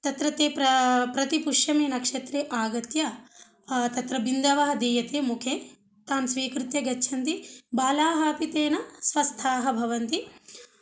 तत्र ते प्रा प्रति पुष्यनक्षत्रे आगत्य तत्र बिन्दवः दीयते मुके तान् स्वीकृत्य गच्छन्ति बालाः अपि तेन स्वस्थाः भवन्ति